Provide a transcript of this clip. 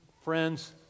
friends